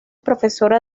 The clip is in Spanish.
profesora